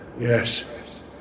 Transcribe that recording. yes